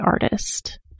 artist